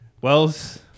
Wells